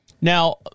Now